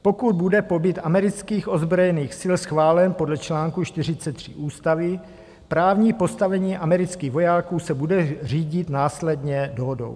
Pokud bude pobyt amerických ozbrojených sil schválen podle článku 43 ústavy, právní postavení amerických vojáků se bude řídit následně dohodou.